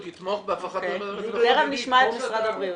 יתמוך --- תיכף נשמע את משרד הבריאות.